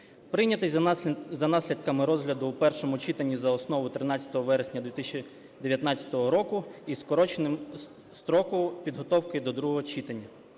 прийнятий за наслідками розгляду у першому читанні за основу 13 вересня 2019 року із скороченим строком підготовки до другого читання.